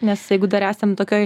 nes jeigu dar esam tokioj